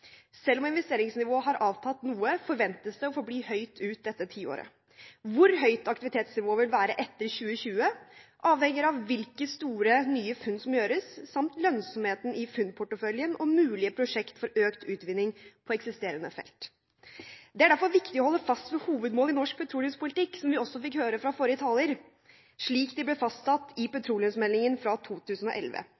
Selv om investeringsnivået har avtatt noe, forventes det å forbli høyt ut dette tiåret. Hvor høyt aktivitetsnivået vil være etter 2020, avhenger av hvilke store nye funn som gjøres, samt lønnsomheten i funnporteføljen og mulige prosjekter for økt utvinning på eksisterende felt. Det er derfor viktig å holde fast ved hovedmålet i norsk petroleumspolitikk, som vi også fikk høre fra forrige taler, slik de ble fastsatt i